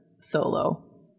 solo